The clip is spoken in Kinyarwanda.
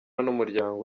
n’umuryango